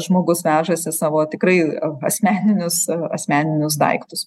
žmogus vežasi savo tikrai asmeninius asmeninius daiktus